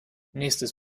nächstes